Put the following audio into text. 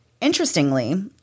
Interestingly